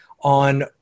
on